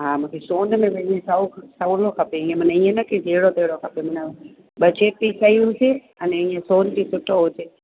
हा मूंखे सोन में सौ सहूलो खपे मन ईअं न मन ईंअ न की जहिड़ो तहिड़ो खपे मन बचत बि सही हुजे अने ईअं सोन बि सुठो हुजे